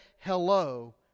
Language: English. hello